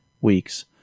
weeks